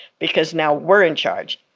because now we're in charge.